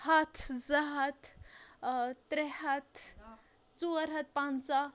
ہَتھ زٕ ہَتھ ترٛےٚ ہَتھ ژور ہَتھ پَنژاہ